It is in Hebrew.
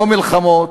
לא מלחמות,